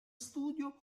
studio